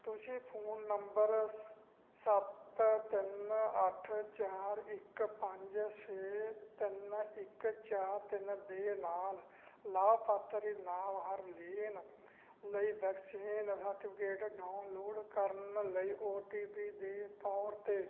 ਤੁਸੀਂ phone number ਸ ਸੱਤ ਤਿੰਨ ਅੱਠ ਚਾਰ ਇੱਕ ਪੰਜ ਛੇ ਤਿੰਨ ਇੱਕ ਚਾਰ ਤਿੰਨ ਦੇ ਨਾਲ ਲਾਭਪਾਤਰੀ ਨਾਮ ਹਰਲੀਨ ਲਈ ਵੈਕਸੀਨ ਸਰਟੀਫਿਕੇਟ ਡਾਊਨਲੋਡ ਕਰਨ ਲਈ ਓ ਟੀ ਪੀ ਦੇ ਤੌਰ 'ਤੇ